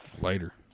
Later